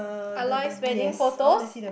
I like spreading photos